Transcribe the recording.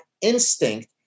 instinct